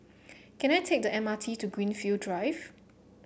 can I take the M R T to Greenfield Drive